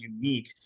unique